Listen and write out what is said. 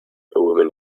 woman